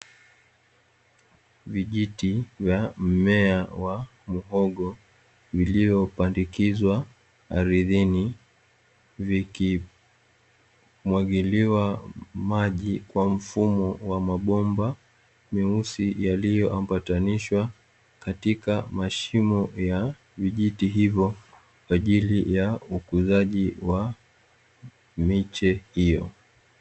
Vijiti vya mmea wa muhogo vilivyopandikizwa ardhini, vikimwagiliwa maji kwa mfumo wa mabomba myeusi yaliyoambatanishwa katika mashimo ya vijiti hivyo, kwa ajili ya ukuzaji wa miche hiyo.